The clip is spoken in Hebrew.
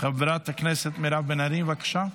חברת הכנסת מירב בן ארי, בבקשה,